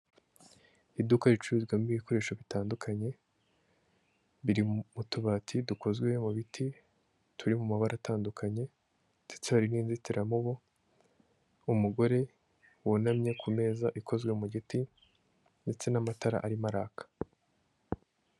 Iduka ricuruzwamo ibikoresho bitandukanye, biri mu tubati dukozwe mu biti, turi mu mabara atandukanye, ndetse hari n'inzitiramubu, umugore wunamye ku meza ikozwe mu giti, ndetse n'amatara arimo araka.